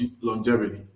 longevity